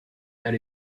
that